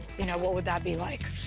you know what would that be like?